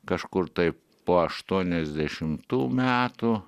kažkur taip po aštuoniasdešimtų metų